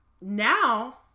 now